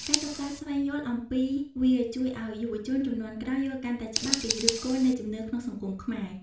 ការសិក្សាស្វែងយល់អំពីវាជួយឲ្យយុវជនជំនាន់ក្រោយយល់កាន់តែច្បាស់ពីឫសគល់នៃជំនឿក្នុងសង្គមខ្មែរ។